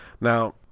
Now